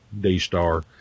D-Star